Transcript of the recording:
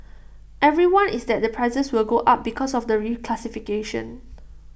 everyone is that the prices will go up because of the reclassification